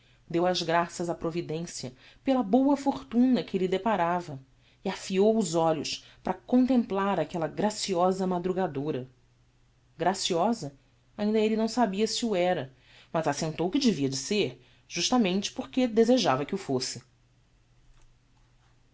deu as graças á providencia pela boa fortuna que lhe deparava e afiou os olhos para contemplar aquella graciosa madrugadora graciosa ainda elle não sabia se o era mas assentou que devia de ser justamente porque desejava que o fosse